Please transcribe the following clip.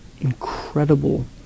incredible